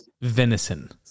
venison